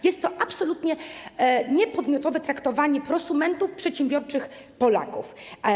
Jest to absolutnie niepodmiotowe traktowanie prosumentów, przedsiębiorczych Polaków.